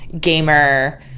gamer